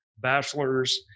bachelor's